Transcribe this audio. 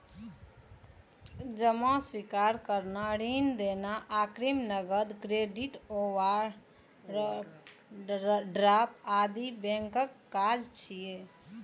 जमा स्वीकार करनाय, ऋण देनाय, अग्रिम, नकद, क्रेडिट, ओवरड्राफ्ट आदि बैंकक काज छियै